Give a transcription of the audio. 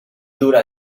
dura